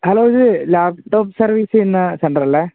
hello ഇത് laptop service ചെയ്യുന്ന സെൻ്ററല്ലേ